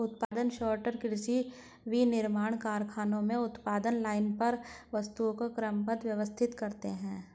उत्पादन सॉर्टर कृषि, विनिर्माण कारखानों में उत्पादन लाइन पर वस्तुओं को क्रमबद्ध, व्यवस्थित करते हैं